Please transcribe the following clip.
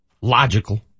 logical